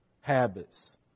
habits